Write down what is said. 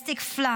domestic flights